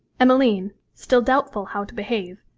emmeline, still doubtful how to behave,